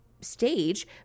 stage